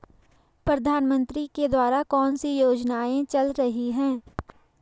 प्रधानमंत्री के द्वारा कौनसी योजनाएँ चल रही हैं?